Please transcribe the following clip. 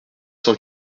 cent